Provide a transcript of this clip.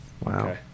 Wow